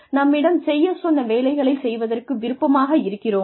நம்மிடம் செய்ய சொன்ன வேலைகளை செய்வதற்கு விருப்பமாக இருக்கிறோமா